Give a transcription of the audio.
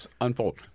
unfold